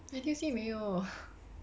N_T_U_C 没有